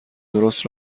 درست